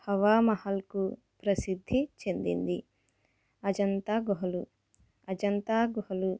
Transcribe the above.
హవా మహల్కు ప్రసిద్ధి చెందింది అజంతా గుహలు అజంతా గుహలు